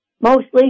Mostly